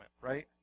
right